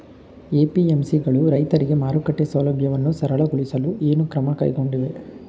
APMC ಗಳು ರೈತರಿಗೆ ಮಾರುಕಟ್ಟೆ ಸೌಲಭ್ಯವನ್ನು ಸರಳಗೊಳಿಸಲು ಏನು ಕ್ರಮ ಕೈಗೊಂಡಿವೆ?